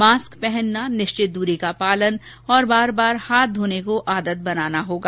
mask पहनना निश्चित दूरी का पालन और बार बार हाथ धोने को आदत बनाना होगा